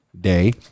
Day